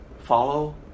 Follow